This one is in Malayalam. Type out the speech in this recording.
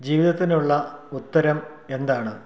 ജീവിതത്തിനുള്ള ഉത്തരമെന്താണ്